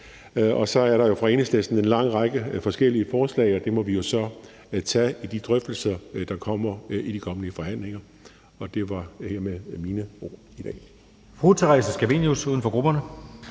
og så er der jo fra Enhedslisten en lang række forskellige forslag. Det må vi jo så tage i de drøftelser, der kommer i de kommende forhandlinger. Det var hermed mine ord i dag.